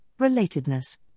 relatedness